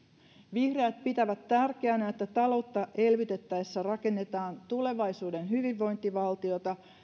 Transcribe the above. vihreät pitävät tärkeänä että taloutta elvytettäessä rakennetaan tulevaisuuden hyvinvointivaltiota